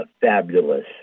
Fabulous